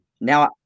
now